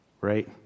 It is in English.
Right